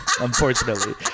Unfortunately